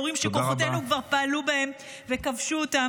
שכוחותינו כבר פעלו בהם וכבשו אותם.